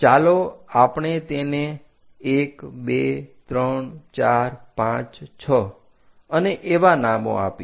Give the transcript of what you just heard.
ચાલો આપણે તેને 123456 અને એવા નામો આપીએ